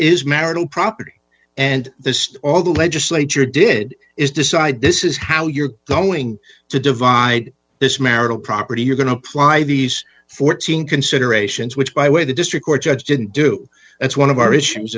is marital property and the state all the legislature did is decide this is how you're going to divide this marital property you're going to apply these fourteen considerations which by the way the district court judge didn't do that's one of our issues